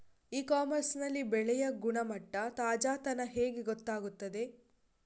E commerce ನಲ್ಲಿ ಬೆಳೆಯ ಗುಣಮಟ್ಟ, ತಾಜಾತನ ಹೇಗೆ ಗೊತ್ತಾಗುತ್ತದೆ?